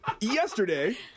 Yesterday